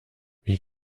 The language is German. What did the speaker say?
wie